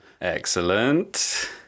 Excellent